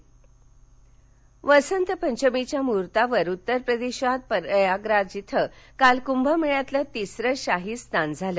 शाहीरनान वसंत पंचमीच्या मुहूर्तावर उत्तर प्रदेशात प्रयागराज इथं काल कुंभमेळ्यातलं तिसरं शाही स्नान झालं